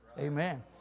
Amen